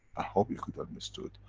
i hope you could understood,